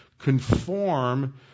conform